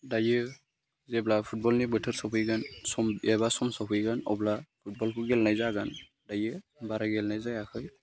दायो जेब्ला फुटबलनि बोथोर सफैगोन सम एबा सम सफैगोन अब्ला फुटबलखौ गेलेनाय जागोन दायो बारा गेलेनाय जायाखै